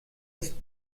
ist